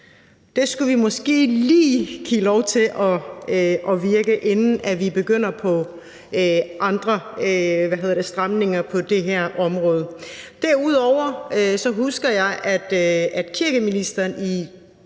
Det skulle vi måske lige give lov til at virke, inden vi begynder på andre stramninger på det her område. Derudover husker jeg, at kirkeministeren i